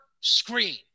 screen